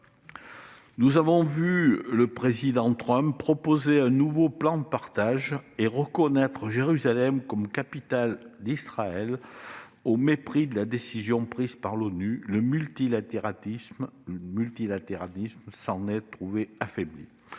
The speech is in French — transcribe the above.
Nous avons vu le président Trump proposer un nouveau plan de partage et reconnaître Jérusalem comme capitale d'Israël au mépris de la décision prise par l'ONU. Le multilatéralisme s'en est trouvé affaibli.